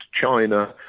China